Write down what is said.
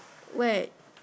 where